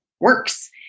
works